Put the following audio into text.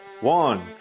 one